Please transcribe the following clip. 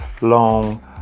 long